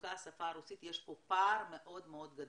זקוקה לשפה הרוסית, יש פה פער מאוד מאוד גדול.